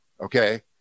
Okay